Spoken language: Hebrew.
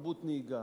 תרבות נהיגה,